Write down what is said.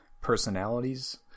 personalities